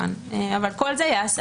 כל זה ייעשה